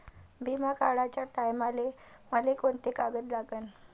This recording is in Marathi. बिमा काढाचे टायमाले मले कोंते कागद लागन?